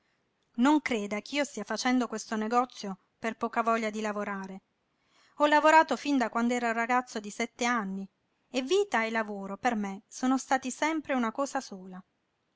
non creda ch'io stia facendo questo negozio per poca voglia di lavorare ho lavorato fin da quand'ero ragazzo di sett'anni e vita e lavoro per me sono stati sempre una cosa sola